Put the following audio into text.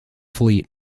fleet